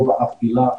לא באף מילה,